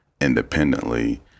independently